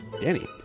Danny